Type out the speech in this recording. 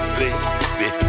baby